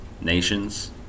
nations